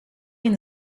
ihn